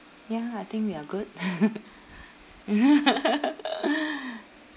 ya I think we are good